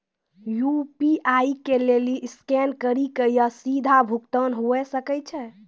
UPI के लेली scan करि के या सीधा भुगतान हुये सकै छै